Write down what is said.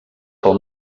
pel